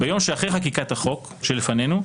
ביום שאחרי חקיקת הצעת החוק שלפנינו,